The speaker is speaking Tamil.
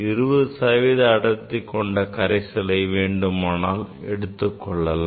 20 சதவீத அடர்த்தி கொண்ட கரைசலை வேண்டுமானால் எடுத்துக் கொள்ளலாம்